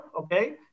okay